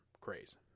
craze